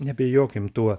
neabejokim tuo